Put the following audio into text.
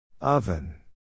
Oven